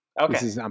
Okay